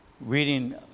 reading